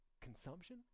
consumption